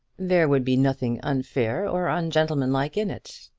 there would be nothing unfair or ungentlemanlike in it.